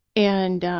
and